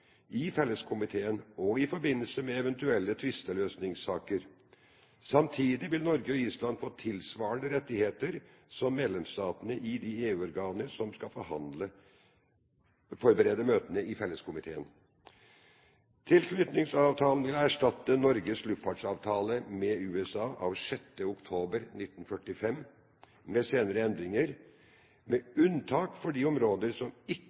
i felleskomiteen og i forbindelse med eventuelle tvisteløsningssaker. Samtidig vil Norge og Island få tilsvarende rettigheter som medlemsstatene i de EU-organer som skal forberede møtene i felleskomiteen. Tilknytningsavtalen vil erstatte Norges luftfartsavtale med USA av 6. oktober 1945 med senere endringer, med unntak for de områder som ikke